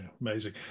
amazing